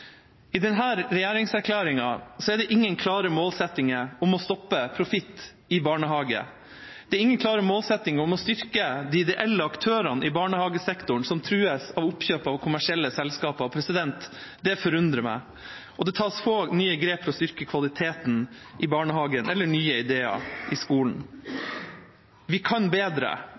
i den norske modellen, der det offentlige tar ansvar for å sikre alle et godt tilbud, en god opplæring og en trygg barnehageplass. I denne regjeringserklæringen er det ingen klare målsettinger om å stoppe profitt i barnehage. Det er ingen klare målsettinger om å styrke de ideelle aktørene i barnehagesektoren, som trues av oppkjøp av kommersielle selskaper, og det forundrer meg. Det tas også få nye grep for å styrke